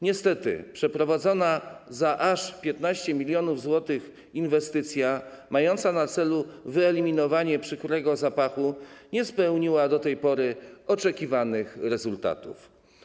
Niestety, przeprowadzona za aż 15 mln zł inwestycja mająca na celu wyeliminowanie przykrego zapachu nie spełniła do tej pory oczekiwanych rezultatów.